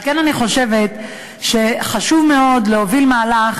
על כן אני חושבת שחשוב מאוד להוביל מהלך